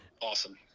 awesome